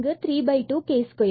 இங்கு 32k2